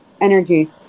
energy